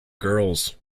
girls